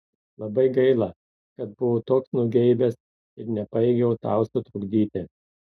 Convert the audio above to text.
labai gaila kad buvau toks nugeibęs ir nepajėgiau tau sutrukdyti